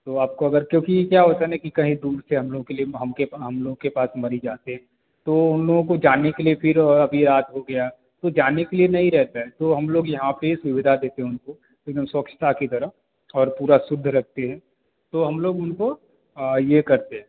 तो आपको अगर क्योंकि क्या होता है ना कहीं दूर से हम लोग के लिए हम को हम लोगों के पास मरीज़ आते हैं तो हम लोगों को जाने के लिए फिर अभी रात हो गई तो जाने के लिए नहीं रहते हैं तो हम लोग यहाँ पर सुविधा देते हैं उनको एक दम स्वच्छता की तरह और पूरा शुद्ध रखते हैं तो हम लोग उनको ये करते हैं